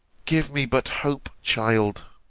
give me but hope, child!